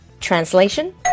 Translation